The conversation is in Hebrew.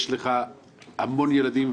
יש לך המון ילדים,